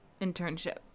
internship